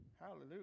hallelujah